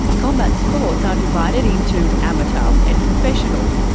combat sports are divided into amateur um and professional.